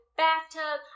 bathtub